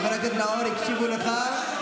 חבר הכנסת נאור, הקשיבו לך.